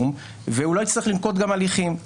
והוא לא יצטרך לנקוט הליכים.